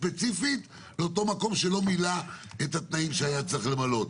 ספציפית לאותו מקום שלא מילא את התנאים שהיה צריך למלא.